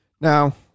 Now